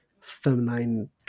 feminine